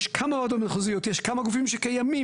יש כמה וועדות מחוזיות, יש כמה גופים שקיימים.